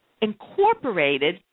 incorporated